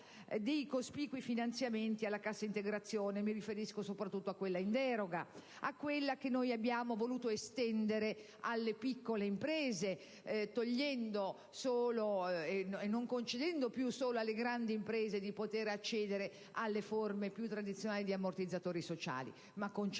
dei cospicui finanziamenti alla cassa integrazione: mi riferisco soprattutto a quella in deroga, che abbiamo voluto estendere alle piccole imprese, non concedendo soltanto alle grandi imprese di poter accedere alle forme tradizionali di ammortizzatori sociali, ma consentendo